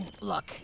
look